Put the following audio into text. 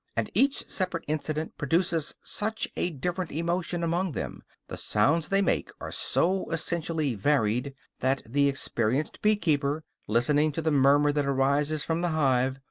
and each separate incident produces such a different emotion among them, the sounds they make are so essentially varied, that the experienced bee-keeper, listening to the murmur that arises from the hive,